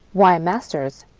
why, masters,